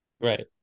Right